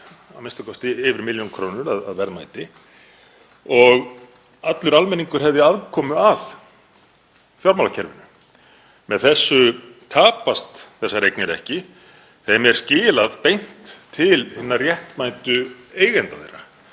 með hlut sem væri yfir milljón krónur að verðmæti og allur almenningur hefði aðkomu að fjármálakerfinu. Með þessu tapast þessar eignir ekki, þeim er skilað beint til hinna réttmætu eigenda,